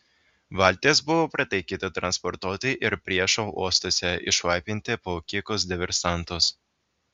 valtis buvo pritaikyta transportuoti ir priešo uostuose išlaipinti plaukikus diversantus